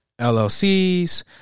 LLCs